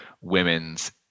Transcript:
women's